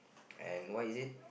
and what is it